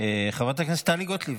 חברת הכנסת טלי גוטליב,